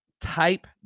type